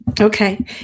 Okay